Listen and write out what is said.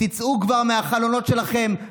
תצאו כבר מהחלונות שלכם,